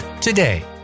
today